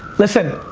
listen,